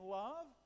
love